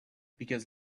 because